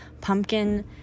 pumpkin